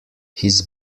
his